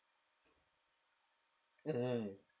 mm